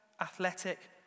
athletic